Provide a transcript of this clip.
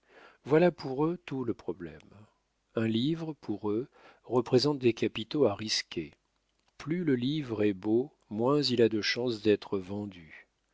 voilà pour eux tout le problème un livre pour eux représente des capitaux à risquer plus le livre est beau moins il a de chances d'être vendu